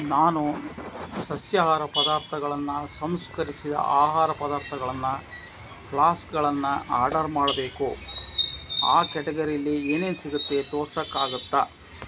ನಾನು ಸಸ್ಯಾಹಾರ ಪದಾರ್ಥಗಳನ್ನು ಸಂಸ್ಕರಿಸಿದ ಆಹಾರ ಪದಾರ್ಥಗಳನ್ನು ಫ್ಲಾಸ್ಕ್ಗಳನ್ನು ಆರ್ಡರ್ ಮಾಡಬೇಕು ಆ ಕ್ಯಾಟಗರೀಲಿ ಏನೇನು ಸಿಗತ್ತೆ ತೋರ್ಸಕ್ಕಾಗತ್ತಾ